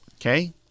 Okay